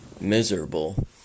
miserable